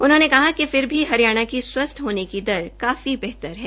उन्होंने कहा कि फिर भी हरियाणा की स्वस्थ होने की दर काफी बेहतर है